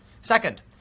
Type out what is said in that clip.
Second